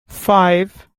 five